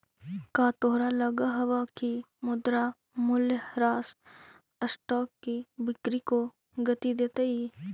का तोहरा लगअ हवअ की मुद्रा मूल्यह्रास स्टॉक की बिक्री को गती देतई